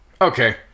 okay